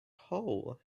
hole